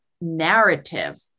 narrative